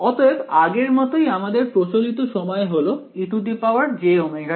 অতএব আগের মতোই আমাদের প্রচলিত সময় হলো ejωt